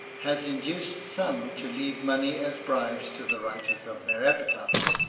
has induced some to leave money as bribes to the writers of their epitaphs.